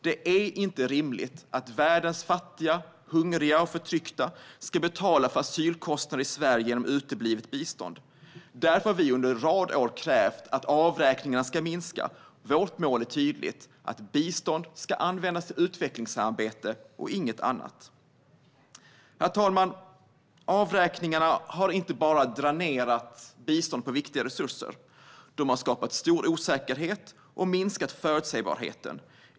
Det är inte rimligt att världens fattiga, hungriga och förtryckta ska betala för asylkostnader i Sverige genom uteblivet bistånd. Därför har vi under en rad år krävt att avräkningarna ska minska. Vårt mål är tydligt, nämligen att bistånd ska användas till utvecklingssamarbete och inget annat. Herr talman! Avräkningarna har inte bara dränerat biståndet på viktiga resurser; de har skapat en stor osäkerhet och minskat förutsägbarheten.